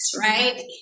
right